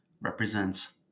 represents